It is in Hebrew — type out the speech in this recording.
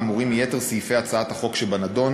האמורים מיתר סעיפי הצעת החוק שבנדון,